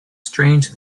strange